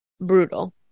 brutal